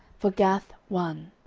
for gath one,